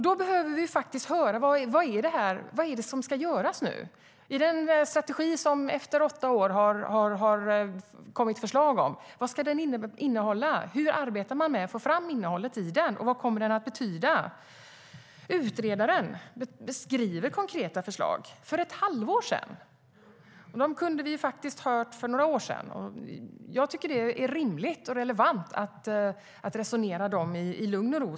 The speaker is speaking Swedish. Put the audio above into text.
Då behöver vi faktiskt höra: Vad är det som ska göras nu? Vad ska den strategi som det efter åtta år har kommit förslag om innehålla? Hur arbetar man med att få fram innehållet i den, och vad kommer den att betyda? Utredaren beskrev konkreta förslag för ett halvår sedan. Dem kunde vi faktiskt ha hört för några år sedan. Jag tycker att det är rimligt och relevant att resonera om dem i lugn och ro.